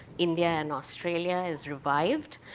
india, and australia, is revived.